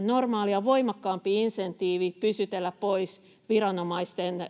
normaalia voimakkaampi insentiivi pysytellä pois viranomaisten